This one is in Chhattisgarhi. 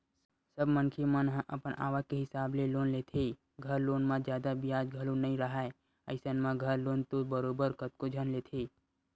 सब मनखे मन ह अपन आवक के हिसाब ले लोन लेथे, घर लोन म जादा बियाज घलो नइ राहय अइसन म घर लोन तो बरोबर कतको झन लेथे